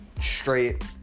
straight